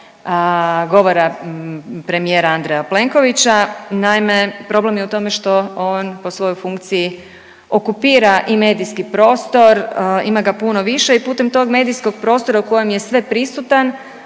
govora premijera Andreja Plenkovića. Naime, problem je u tome što on po svojoj funkciji okupira i medijski prostor, ima ga puno više i putem tog medijskog prostora u kojem je sveprisutan